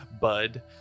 bud